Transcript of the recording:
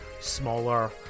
smaller